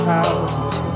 out